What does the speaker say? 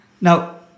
Now